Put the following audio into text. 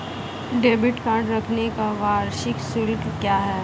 Debit card रखने का वार्षिक शुल्क क्या है?